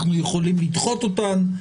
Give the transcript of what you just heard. אנחנו יכולים לדחות אותן,